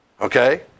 okay